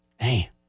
Hey